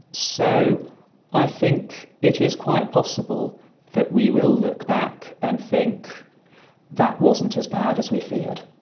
so i think it is quite possible that we will look back and think that wasn't as bad as we feared.